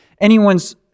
anyone's